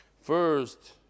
First